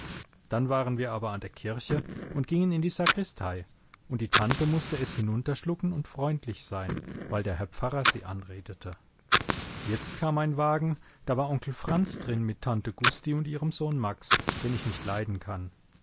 dann waren wir aber an der kirche und gingen in die sakristei und die tante mußte es hinunterschlucken und freundlich sein weil der herr pfarrer sie anredete jetzt kam ein wagen da war onkel franz drin mit tante gusti und ihrem sohn max den ich nicht leiden kann